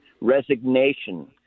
resignation